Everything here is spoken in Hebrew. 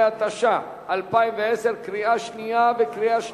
15), התש"ע 2010, קריאה שנייה וקריאה שלישית.